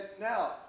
now